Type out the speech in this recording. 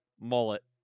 mullet